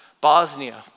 Bosnia